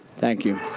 thank you.